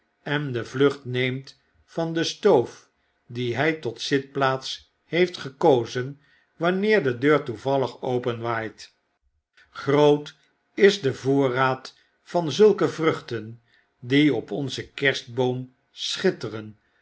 en de vlucht neemt van de stoof die hy tot zitplaats heeft gekozen wanneer de deur toevallig open waait groot is de voorraad van zulke vruchten die op onzen kerstboom schitteren